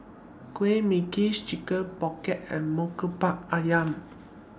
Kueh Manggis Chicken Pocket and Murtabak Ayam